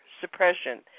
suppression